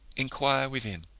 inquire within.